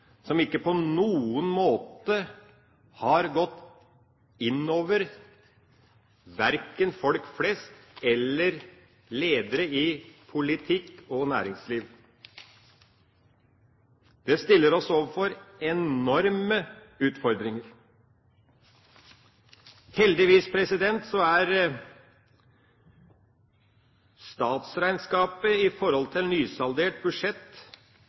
som verken folk flest eller ledere i politikk og næringsliv på noen måte har tatt inn over seg. Det stiller oss overfor enorme utfordringer. Heldigvis er det mindre endringer i statsregnskapet i forhold til nysaldert budsjett